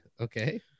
Okay